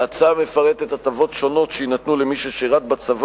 ההצעה מפרטת את ההטבות שונות שיינתנו למי ששירת בצבא